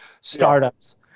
startups